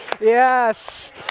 yes